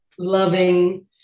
loving